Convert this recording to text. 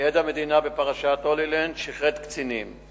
שלפיהם עד המדינה בפרשת "הולילנד" שיחד קצינים.